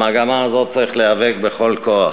במגמה הזאת צריך להיאבק בכל כוח.